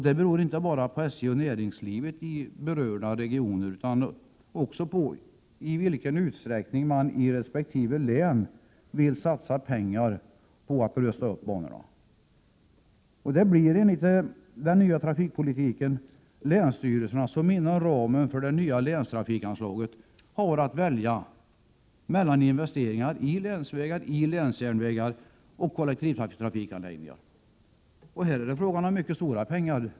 Det beror inte bara på SJ och näringslivet i berörda regioner utan också på i vilken utsträckning man i resp. län vill satsa pengar på att rusta upp banorna. Det Prot. 1987/88:116 = blir enligt den nya trafikpolitiken länsstyrelserna som inom ramen för det nya 6 maj 1988 länstrafikanslaget har att välja mellan investeringar i länsvägar, i länsjärnvä ST GG ——— gar och i kollektivtrafikanläggningar. Här är det fråga om mycket stora pengar.